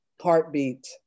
heartbeat